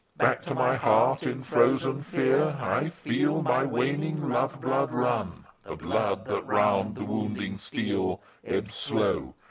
back to my heart in frozen fear i feel my waning life-blood run the blood that round the wounding steel ebbs slow,